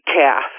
calf